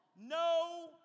No